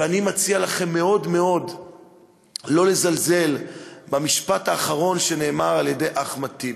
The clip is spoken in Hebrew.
ואני מציע לכם מאוד מאוד לא לזלזל במשפט האחרון שנאמר על-ידי אחמד טיבי,